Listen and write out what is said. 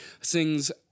sings